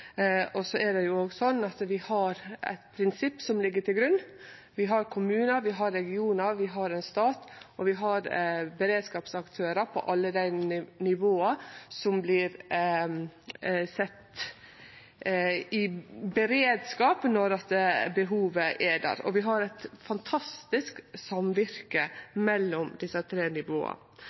Det er òg slik at vi har eit prinsipp som ligg til grunn. Vi har kommunar, vi har regionar, vi har ein stat, og vi har beredskapsaktørar på alle dei nivåa som vert sette i beredskap når behovet er der, og vi har eit fantastisk samvirke mellom desse tre nivåa.